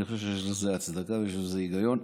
אני חושב שיש לזה הצדקה ושיש בזה היגיון.